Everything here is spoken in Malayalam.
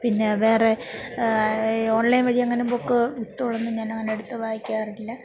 പിന്നെ വേറെ ഈ ഓൺലൈൻ വഴി അങ്ങനെ ബുക്ക് സ്റ്റോള് എന്ന് ഞാന് എടുത്ത് വായിക്കാറില്ല